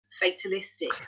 fatalistic